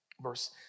Verse